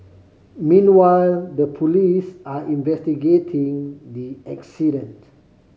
meanwhile the police are investigating the accident